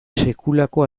sekulako